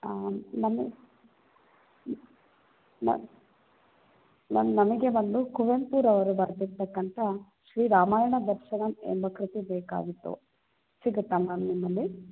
ನಮಿಗೆ ಮ್ಯಾಮ್ ನಮಗೆ ಬಂದು ಕುವೆಂಪುರವರು ಬರ್ದಿರ್ತಕ್ಕಂತಹ ಶ್ರೀ ರಾಮಾಯಣ ದರ್ಶನಮ್ ಎಂಬ ಕೃತಿ ಬೇಕಾಗಿತ್ತು ಸಿಗುತ್ತಾ ಮ್ಯಾಮ್ ನಿಮ್ಮಲ್ಲಿ